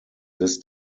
this